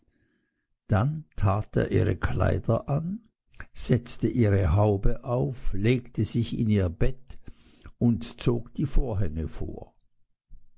dann tat er ihre kleider an setzte ihre haube auf legte sich in ihr bett und zog die vorhänge vor